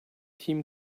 team